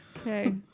Okay